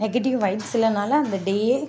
negative vibes இல்லைனால அந்த டேயே